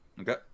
Okay